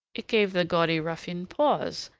it gave the gaudy ruffian pause,